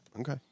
Okay